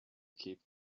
keep